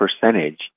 percentage